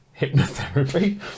hypnotherapy